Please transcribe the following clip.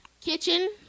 kitchen